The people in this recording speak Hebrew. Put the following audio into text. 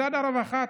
משרד הרווחה,